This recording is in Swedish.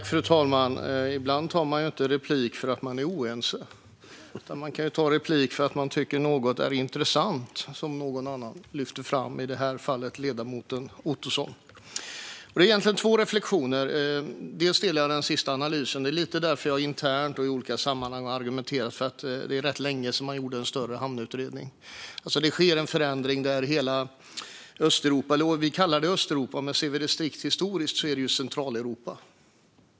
Fru talman! Ibland tar man inte replik för att man är oense. Man kan ta replik för att man tycker att något är intressant som någon annan lyfte fram, i det här fallet ledamoten Ottosson. Jag har egentligen två reflektioner. Jag delar den sista analysen. Det är lite grann därför jag internt och i olika sammanhang har argumenterat om det. Det är rätt länge sedan man gjorde en större hamnutredning. Det sker en förändring för det vi kallar Östeuropa. Men ser vi det strikt historiskt är det Centraleuropa.